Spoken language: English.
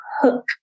hook